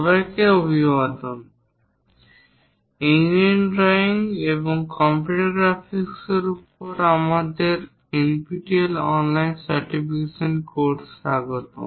সবাইকে অভিবাদন engineering drawing এবং কম্পিউটার গ্রাফিক্সের উপর আমাদের NPTEL অনলাইন সার্টিফিকেশন কোর্সে স্বাগতম